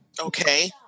Okay